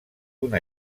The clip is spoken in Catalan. una